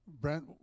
Brent